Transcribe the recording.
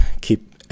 keep